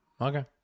Okay